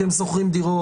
כי הם שוכרים דירות,